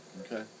Okay